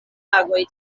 tagoj